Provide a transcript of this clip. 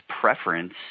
preference